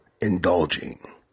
indulging